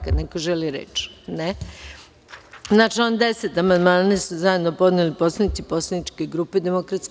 Da li neko želi reč? (Ne) Na član 10. amandman su zajedno podneli poslanici Poslaničke grupe DS.